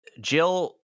Jill